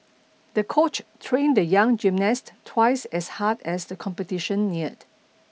the coach trained the young gymnast twice as hard as the competition neared